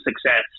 success